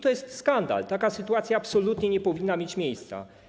To jest skandal, taka sytuacja absolutnie nie powinna mieć miejsca.